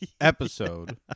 episode